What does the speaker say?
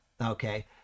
okay